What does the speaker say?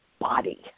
body